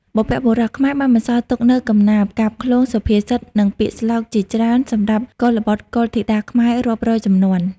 បុព្វបុរសខ្មែរបានបន្សល់ទុកនូវកំណាព្យ កាបឃ្លោង សុភាសិត និងពាក្យស្លោកជាច្រើនសម្រាប់កុលបុត្រកុលធីតាខ្មែររាប់រយជំនាន់។